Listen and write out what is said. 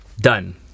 done